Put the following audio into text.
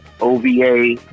OVA